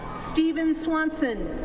steven swanson,